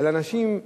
על אנשים,